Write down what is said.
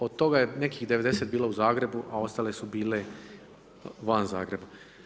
Od toga je nekih 90 bilo u Zagrebu, a ostala su bile van Zagreba.